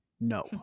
No